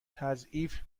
تعضیف